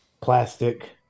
plastic